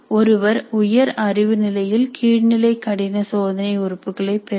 ஒருவர் உயர் அறிவு நிலையில் கீழ்நிலை கடின சோதனை உறுப்புகளை பெறுவர்